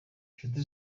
nshuti